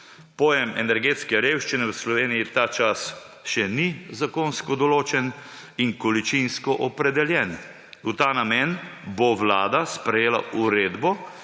Pojem energetske revščine v Sloveniji ta čas še ni zakonsko določen in količinsko opredeljen. V ta namen bo Vlada sprejela uredbo,